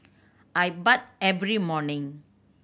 I bathe every morning